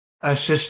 assist